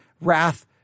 wrath